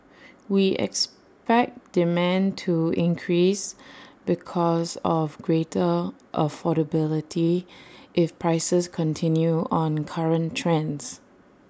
we expect demand to increase because of greater affordability if prices continue on current trends